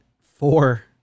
four